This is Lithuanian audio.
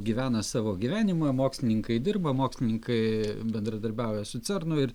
gyvena savo gyvenimą mokslininkai dirba mokslininkai bendradarbiauja su cernu ir